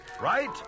right